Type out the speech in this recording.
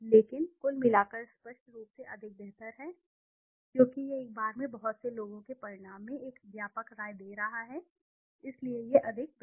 लेकिन कुल मिलाकर स्पष्ट रूप से अधिक बेहतर है क्योंकि यह एक बार में बहुत से लोगों के परिणाम में एक व्यापक राय दे रहा है इसलिए यह अधिक बेहतर है